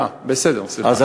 אה, בסדר, סליחה, מצטער.